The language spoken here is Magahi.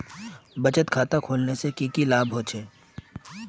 बचत खाता खोलने से की की लाभ होचे?